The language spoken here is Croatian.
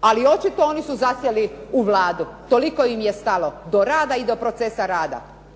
Ali očito oni su zasjeli u Vladu, toliko im je stalo do rada i do procesa rada.